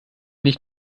nicht